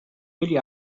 ele